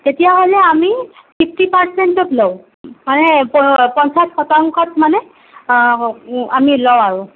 তেতিয়াহ'লে আমি ফিফটি পাৰচেণ্টত লওঁ মানে পঞ্চাছ শতাংশত মানে আমি লওঁ আৰু